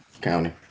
county